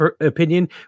opinion